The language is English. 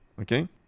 okay